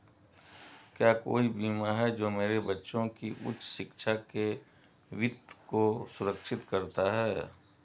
क्या कोई बीमा है जो मेरे बच्चों की उच्च शिक्षा के वित्त को सुरक्षित करता है?